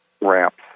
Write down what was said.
ramps